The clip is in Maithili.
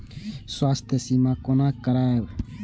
स्वास्थ्य सीमा कोना करायब?